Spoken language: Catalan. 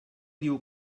diu